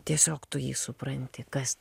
tiesiog tu jį supranti kas